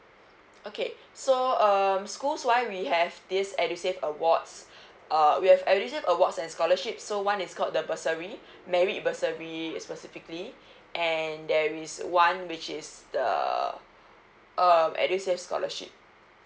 okay so um schools wise we have this edusave awards uh we have edusave awards and scholarship so one is called the bursary merit bursary specifically and there is one which is the uh edusave scholarship